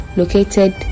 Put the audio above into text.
located